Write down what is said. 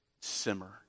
simmer